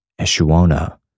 Eshuona